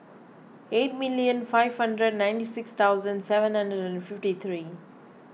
eight million five hundred ninety six thousand seven hundred and fifty three